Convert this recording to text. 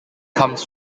comes